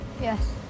Yes